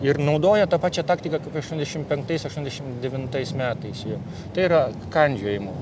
ir naudoja tą pačią taktiką kaip aštuondešim penktais aštuondešim devintais metais jo tai yra kandžiojimo